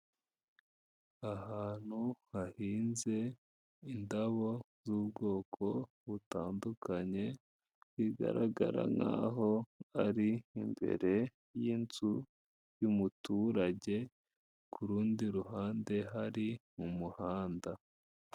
Ahantu hahinze indabo z'ubwoko butandukanye, bigaragara nkaho ari imbere y'inzu y'umuturage, ku rundi ruhande hari umuhanda.